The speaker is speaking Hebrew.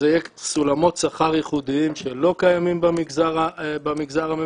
זה יהיה בסולמות שכר ייחודיים שלא קיימים במגזר הממשלתי,